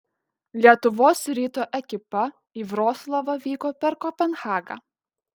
lietuvos ryto ekipa į vroclavą vyko per kopenhagą